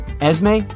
Esme